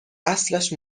اصلش